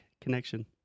connection